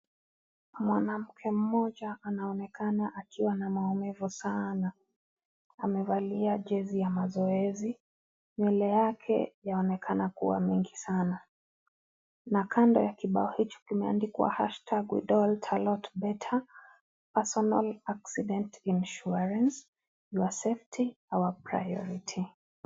Mwanamke mmoja anaonekana akiwa na maumivu sana, amevalia jezi ya mazoezi nywele yake Yaonekana kuwa mingi Sana na kando ya kipawa hicho kimeandikwa #we do all alot better personal accident insurance for accepting our priority .